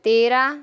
तेरा